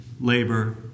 labor